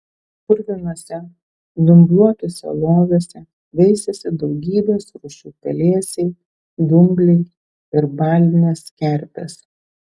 purvinuose dumbluotuose loviuose veisėsi daugybės rūšių pelėsiai dumbliai ir balinės kerpės